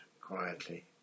quietly